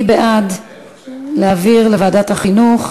מי בעד להעביר לוועדת החינוך?